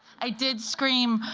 i did scream,